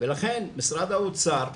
לכן משרד האוצר,